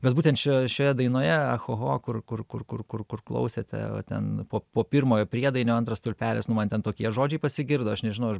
bet būtent čia šioje dainoje ahoho kur kur kur kur kur kur klausėte o ten po pirmojo priedainio antras stulpelis nu man ten tokie žodžiai pasigirdo aš nežinau ar